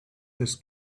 this